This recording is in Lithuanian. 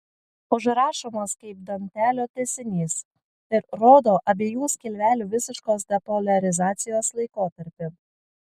užrašomas kaip dantelio tęsinys ir rodo abiejų skilvelių visiškos depoliarizacijos laikotarpį